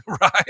right